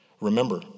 Remember